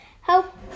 Help